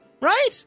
right